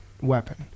weapon